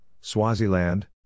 Swaziland